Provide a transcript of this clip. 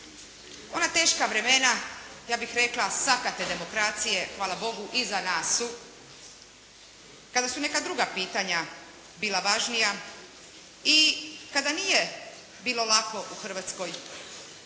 Ona teška vremena ja bih rekla sakate demokracije hvala Bogu iza nas su kada su neka druga pitanja bila važnija i kada nije bilo lako u Hrvatskoj